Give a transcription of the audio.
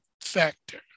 factor